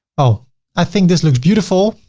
ah i think this looks beautiful.